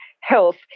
health